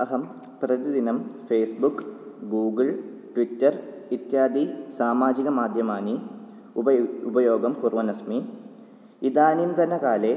अहं प्रतिदिनं Facebook Google Twitter इत्यादि सामाजिकमाद्यमानि उपयु उपयोगं कुर्वन्नस्मि इदानीन्तनकाले